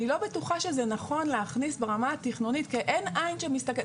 אני לא בטוחה שזה נכון להכניס ברמה התכנונית כי אין עין שמסתכלת.